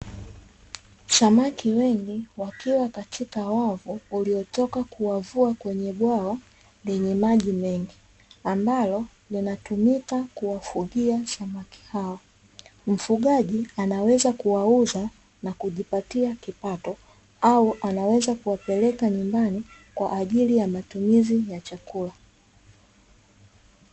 Samaki wengi wakiwa katika wavu waliotoka kuwavua kwenye bwawa lenye maji mengi ambalo linatumika kuwafugia samaki hao. mfugaji anaweza kuwauza na kujipatia kipato au anaweza kuwapeleka nyumbani kwaajili ya matumizi ya chakula.